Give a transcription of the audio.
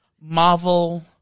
Marvel